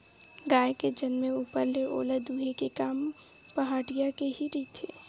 गाय के जनमे ऊपर ले ओला दूहे के काम पहाटिया के ही रहिथे